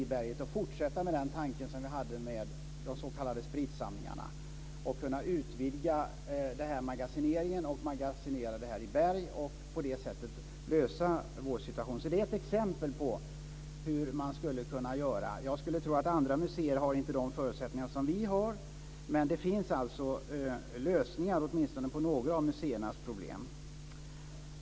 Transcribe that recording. Vi kan då fortsätta med den tanke som vi hade när det gällde de s.k. spritsamlingarna: utvidga magasineringen och magasinera i berg och på det sättet lösa vår situation. Det är ett exempel på hur man skulle kunna göra. Jag skulle tro att andra museer inte har de förutsättningar som vi har, men det finns alltså lösningar på åtminstone några av museernas problem.